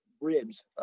ribs